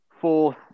fourth